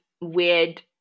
weird